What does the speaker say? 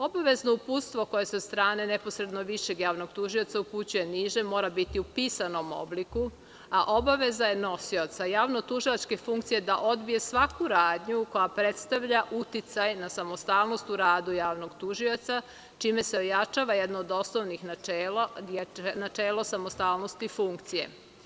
Obavezno uputstvo koje se od strane neposrednog višeg javnog tužioca upućuje nižem, mora biti u pisanom obliku, a obaveza je nosioca javno-tužilačke funkcije da odbije svaku radnju koja predstavlja uticaj na samostalnost u radu javnog tužioca, čime se ojačava jedno od osnovnih načela, načelo samostalnosti funkcije.